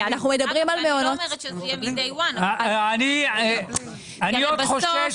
אני לא אומרת שזה יהיה מ-day 1. אני עוד חושש